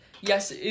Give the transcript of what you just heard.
yes